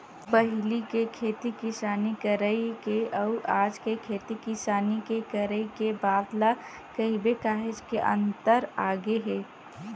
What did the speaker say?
पहिली के खेती किसानी करई के अउ आज के खेती किसानी के करई के बात ल कहिबे काहेच के अंतर आगे हे